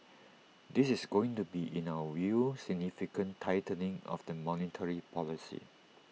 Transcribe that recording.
this is going to be in our view significant tightening of the monetary policy